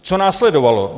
Co následovalo?